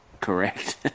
correct